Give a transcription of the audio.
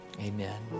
Amen